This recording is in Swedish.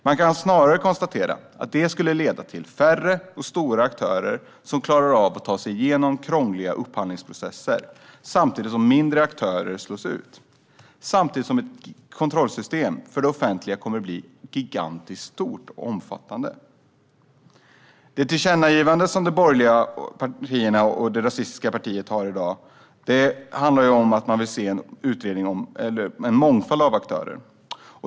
Man kan snarare konstatera att det skulle resultera i färre och stora aktörer som klarar av att ta sig genom krångliga upphandlingsprocesser samtidigt som mindre aktörer slås ut. Samtidigt kommer kontrollsystemet för det offentliga att bli gigantiskt stort. Dagens tillkännagivande från de borgerliga partierna och det rasistiska partiet handlar om att man vill se en mångfald av aktörer.